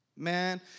Man